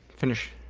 finish.